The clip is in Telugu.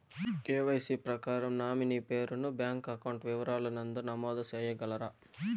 కె.వై.సి ప్రకారం నామినీ పేరు ను బ్యాంకు అకౌంట్ వివరాల నందు నమోదు సేయగలరా?